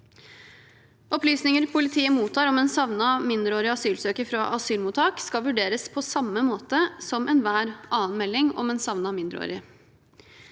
Opplysninger politiet mottar om en savnet mindreårig asylsøker fra asylmottak, skal vurderes på samme måte som enhver annen melding om en savnet mindreårig.